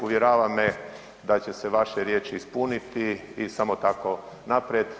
Uvjerava me da će se vaše riječi ispuniti i samo tako naprijed.